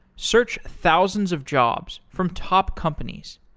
search thousands of jobs from top companies.